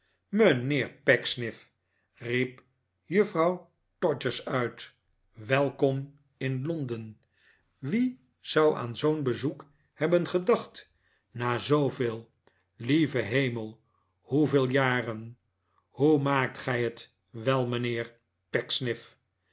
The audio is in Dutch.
riep juffrouw todgers uit tt welkom in londenl wie zou aan zoo'n bezoek hebben gedacht na zooveel lieve hemel hoeveel jaren hoe maakt gij het wel t mijnheer